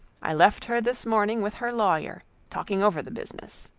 i left her this morning with her lawyer, talking over the business.